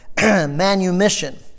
manumission